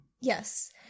Yes